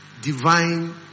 divine